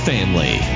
Family